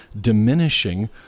diminishing